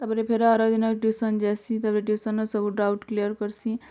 ତାପରେ ଫେରେ ଆର ଦିନ ଟିଉସନ୍ ଯାଏସିଁ ତାପରେ ଟିଉସନ୍ର ସବୁ ଡ଼ାଉଟ୍ କ୍ଲିୟର୍ କର୍ସି